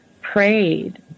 prayed